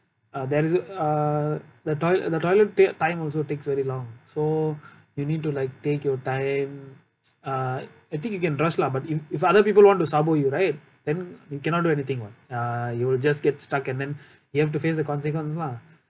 uh there is a uh the toi~ the toilet ti~ time also takes very long so you need to like take your time uh I think you can rush lah but if if other people want to sabo you right then you cannot do anything [what] uh you will just get stuck and then you have to face the consequence lah